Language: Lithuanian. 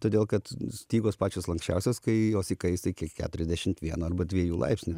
todėl kad stygos pačios lanksčiausios kai jos įkaista iki keturiasdešimt vieno arba dviejų laipsnių